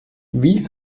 wie